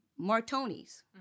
Martoni's